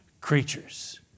creatures